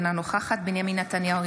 אינה נוכחת בנימין נתניהו,